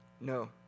No